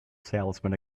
salesman